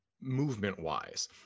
movement-wise